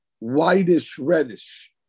whitish-reddish